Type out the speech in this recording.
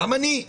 גם אני,